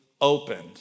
opened